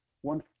one